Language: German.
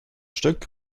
stück